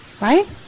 Right